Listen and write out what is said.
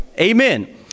Amen